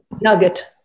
nugget